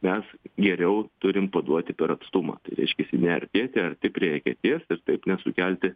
nes geriau turim paduoti per atstumą reiškiasi ne artėti arti prie eketės ir taip nesukelti